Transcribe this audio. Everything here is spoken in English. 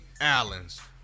Allen's